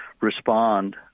respond